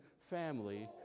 family